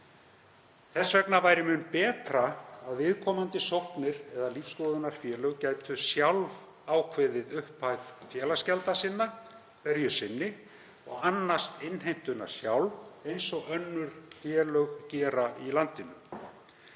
Mun betra væri því að viðkomandi sóknir eða lífsskoðunarfélög gætu sjálf ákveðið upphæð félagsgjalda hverju sinni og annast innheimtuna sjálf eins og önnur félög í landinu.